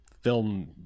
film